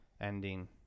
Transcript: ending